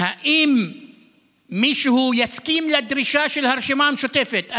האם מישהו יסכים לדרישה של הרשימה המשותפת?